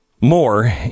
More